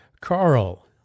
Carl